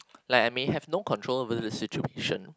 like I may have no control over the situation